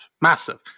massive